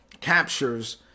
captures